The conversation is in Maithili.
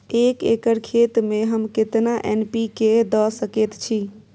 एक एकर खेत में हम केतना एन.पी.के द सकेत छी?